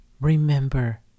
Remember